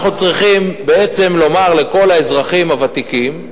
אנחנו צריכים בעצם לומר לכל האזרחים הוותיקים,